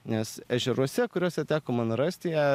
nes ežeruose kuriuose teko man rasti ją